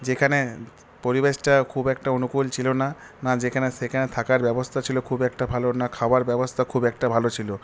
যেখানে পরিবেশটা খুব একটা অনুকূল ছিল না না যেখানে সেখানে থাকার ব্যবস্থা ছিল খুব একটা ভালো না খাবার ব্যবস্থা খুব একটা ভালো ছিল